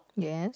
yes